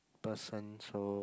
person so